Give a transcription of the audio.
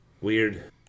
weird